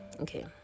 Okay